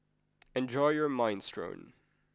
enjoy your Minestrone